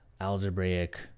algebraic